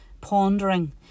pondering